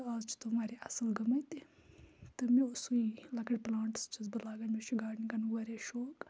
تہٕ آز چھِ تم واریاہ اَصٕل گٔمٕتۍ تہٕ مےٚ اوسُے لَکٕٹۍ پٕلانٛٹٕس چھَس بہٕ لاگان مےٚ چھُ گاڈنِنٛگ کَرنُک واریاہ شوق